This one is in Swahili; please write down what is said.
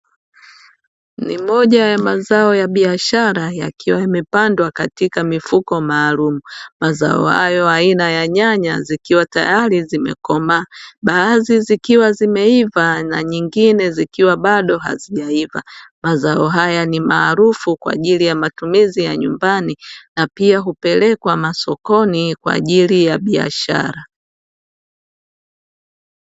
Ni moja ya mazao ya biashara yakiwa yamepandwa katika mifuko maalumu. Mazao hayo aina ya ya nyanya zikiwa tayari zimekoaa. Baadhi zikiwa zimeiva na nyingine zikiwa bado hazijaiva. Mazao haya ni maarufu kwa ajili ya matumizi ya nyumbani, na pia hupelekwa masokoni kwa ajili ya biashara.